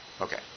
Okay